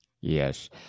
Yes